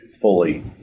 fully